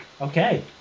Okay